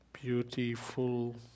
beautiful